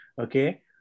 okay